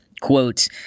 quote